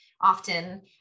often